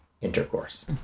intercourse